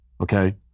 Okay